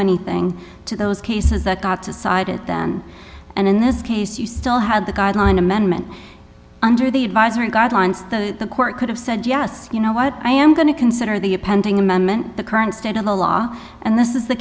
anything to those cases that got decided then and in this case you still had the guideline amendment under the advisement god lines the court could have said yes you know what i am going to consider the appending amendment the current state of the law and this is the